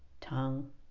tongue